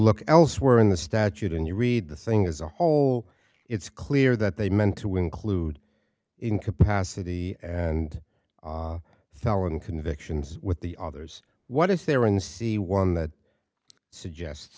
look elsewhere in the statute and you read the thing as a whole it's clear that they meant to include incapacity and felon convictions with the others what is there and see one that suggests